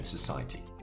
Society